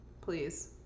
Please